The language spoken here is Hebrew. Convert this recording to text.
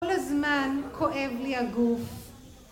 כל הזמן כואב לי הגוף